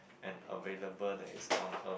and available that is on earth